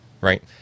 right